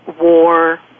war